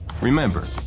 Remember